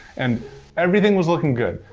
and everything was looking good.